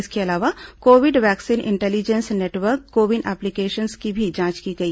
इसके अलावा Covid vaccine intelligence network CoWIN applications की भी जांच की गई